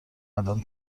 الان